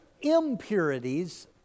impurities